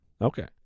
Okay